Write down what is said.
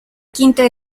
quinta